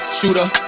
shooter